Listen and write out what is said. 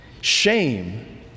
shame